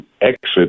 exit